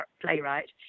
playwright